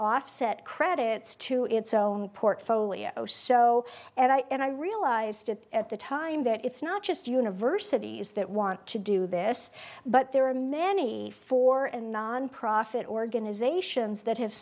offset credits to its own portfolio so and i and i realized at the time that it's not just universities that want to do this but there are many four and nonprofit organizations that have